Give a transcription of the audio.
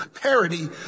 parody